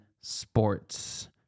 sports